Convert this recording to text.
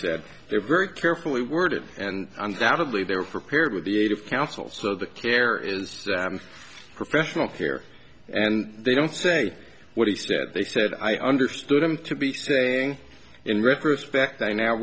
said they're very carefully worded and undoubtedly they're prepared with the aid of counsel so the care is professional fair and they don't say what he stepped they said i understood him to be saying in retrospect i n